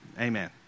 amen